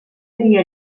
havia